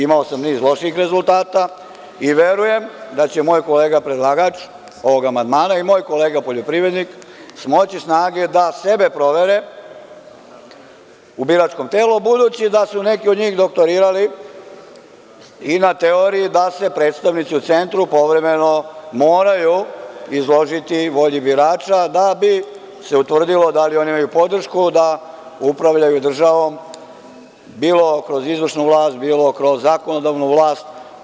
Imao sam niz lošijih rezultata i verujem da će moj kolega predlagač ovog amandmana i moj kolega poljoprivrednik, smoći snage da sebe provere u biračkom telu, a, budući da su neki od njih doktorirali i na teoriji da se predstavnici u centru povremeno moraju izložiti volji birača, da bi se utvrdilo da oni imaju podršku da upravljaju državom, bilo kroz izvršnu vlast, bilo kroz zakonodavnu vlast.